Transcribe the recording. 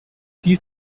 dies